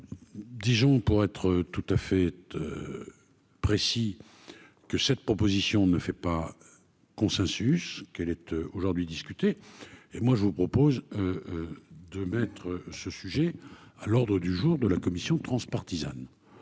Dijon pour être tout à fait précis que cette proposition ne fait pas consensus qu'être aujourd'hui discuter et moi je vous propose de mettre ce sujet à l'ordre du jour de la commission transpartisane